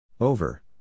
Over